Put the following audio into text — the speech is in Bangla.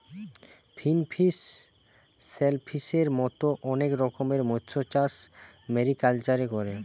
ফিনফিশ, শেলফিসের মত অনেক রকমের মৎস্যচাষ মেরিকালচারে করে